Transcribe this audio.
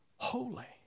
Holy